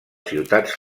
ciutats